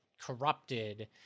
corrupted